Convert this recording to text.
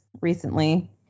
recently